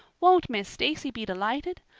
won't miss stacy be delighted?